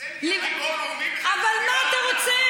אז זה נהיה גיבור לאומי, אבל מה אתה רוצה?